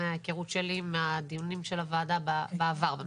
מההיכרות שלי עם הדיונים של הוועדה בעבר בנושא.